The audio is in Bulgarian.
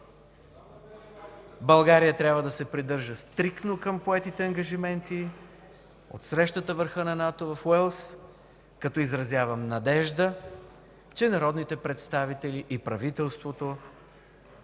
България трябва да се придържа стриктно към поетите ангажименти от срещата на върха на НАТО в Уелс, като изразявам надежда, че народните представители и правителството